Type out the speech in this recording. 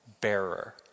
bearer